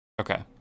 Okay